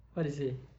what they say